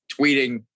tweeting